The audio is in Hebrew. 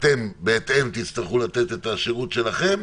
אתם בהתאם תצטרכו לתת את השירות שלכם,